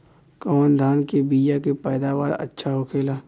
कवन धान के बीया के पैदावार अच्छा होखेला?